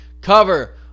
Cover